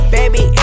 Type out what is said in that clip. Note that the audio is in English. Baby